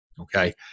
Okay